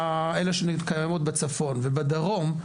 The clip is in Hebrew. אלה שקיימות בצפון ובדרום,